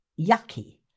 yucky